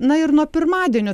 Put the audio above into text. na ir nuo pirmadienio